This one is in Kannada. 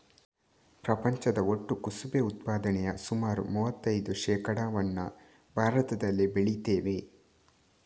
ಪ್ರಪಂಚದ ಒಟ್ಟು ಕುಸುಬೆ ಉತ್ಪಾದನೆಯ ಸುಮಾರು ಮೂವತ್ತೈದು ಶೇಕಡಾವನ್ನ ಭಾರತದಲ್ಲಿ ಬೆಳೀತೇವೆ